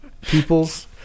peoples